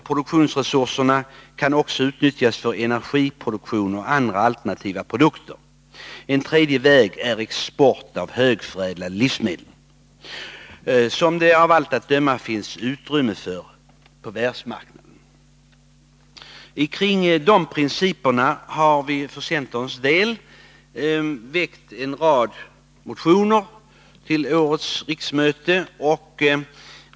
Produktionsresurserna kan också utnyttjas för energiproduktion och andra alternativa produkter. En annan möjlig väg är export av högförädlade livsmdel, som det av allt att döma finns utrymme för på världsmarknaden. Kring dessa principer har vi från centern väckt en rad motioner till årets riksmöte.